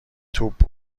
توپ